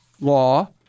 law